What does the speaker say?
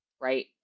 right